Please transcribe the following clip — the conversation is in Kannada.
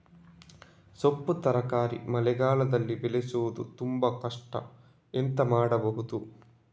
ಸೊಪ್ಪು ತರಕಾರಿ ಮಳೆಗಾಲದಲ್ಲಿ ಬೆಳೆಸುವುದು ತುಂಬಾ ಕಷ್ಟ ಎಂತ ಮಾಡಬಹುದು?